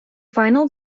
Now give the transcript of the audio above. final